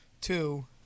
two